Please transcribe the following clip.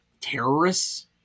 terrorists